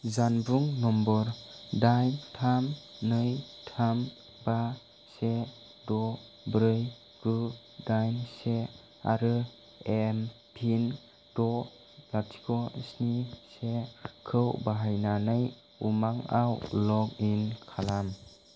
जानबुं नम्बर दाइन थाम नै थाम बा से द' ब्रै गु दाइन से आरो एमपिन द' लाथिख' स्नि सेखौ बाहायनानै उमांआव लग इन खालाम